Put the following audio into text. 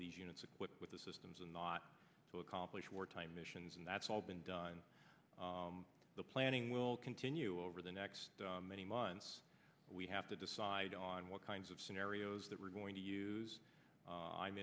of these units equipped with the systems and not to accomplish wartime missions and that's all been done the planning will continue over the next many months we have to decide on what kinds of scenarios that we're going to use